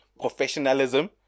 professionalism